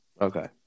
Okay